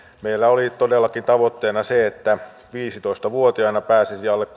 meillä oli todellakin tavoitteena se että viisitoista vuotiaana pääsisi alle